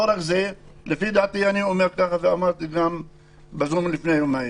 לא רק זה, אני אומר ואמרתי בזום לפני יומיים,